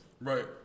right